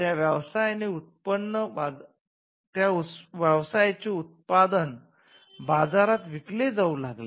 त्या व्यवसायाचे उत्पन्न बाजारात विकले जाऊ लागले